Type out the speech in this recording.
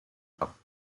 cup